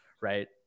right